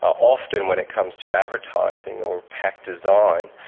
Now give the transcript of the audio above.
often when it comes to advertising or pack design.